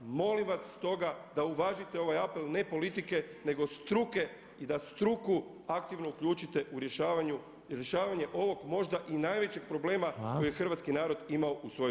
Molim vas stoga da uvažite ovaj apel, ne politike nego struke i da struku aktivno uključite u rješavanje ovog možda i najvećeg problema kojeg je hrvatski narod imao u svooj povijesti.